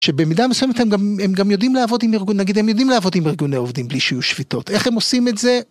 שבמידה מסוימת הם גם הם גם יודעים לעבוד עם ארגון נגיד הם יודעים לעבוד עם ארגוני עובדים בלי שיהיו שביתות איך הם עושים את זה